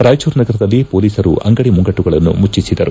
ಕಾಯಚೂರು ನಗರದಲ್ಲಿ ಪೊಲೀಸರು ಅಂಗಡಿ ಮುಂಗಟ್ಟುಗಳನ್ನು ಮುಟ್ಟಿಬಿದರು